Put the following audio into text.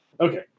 Okay